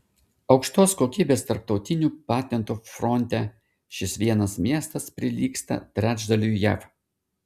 aukštos kokybės tarptautinių patentų fronte šis vienas miestas prilygsta trečdaliui jav